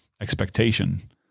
expectation